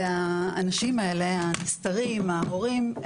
והאנשים האלה הנסתרים, ההורים,